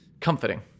comforting